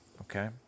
okay